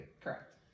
Correct